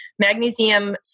Magnesium